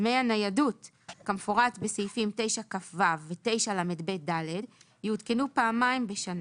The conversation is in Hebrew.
דמי הניידות כמפורט בסעיפים 9כו ו-9לב(ד) יעודכנו פעמיים בשנה